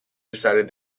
decided